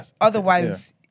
Otherwise